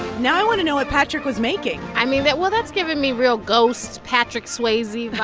now i want to know what patrick was making i mean, that well, that's giving me real ghost patrick swayze